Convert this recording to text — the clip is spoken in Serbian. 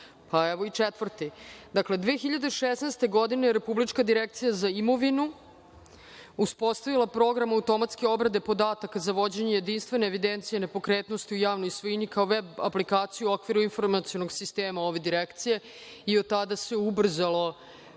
pa evo i četvrti. Dakle, 2016. godine Republička direkcija za imovinu uspostavila je program automatske obrade podataka za vođenje jedinstvene evidencije nepokretnosti u javnoj svojini kao veb aplikaciju u okviru informacionog sistema ove direkcije i od tada se ubrzalo